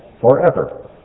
forever